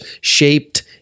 shaped